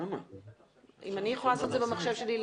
אכיפה מחמירה